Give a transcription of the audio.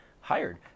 hired